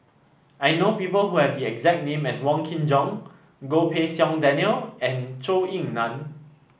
I know people who have the exact name as Wong Kin Jong Goh Pei Siong Daniel and Zhou Ying Nan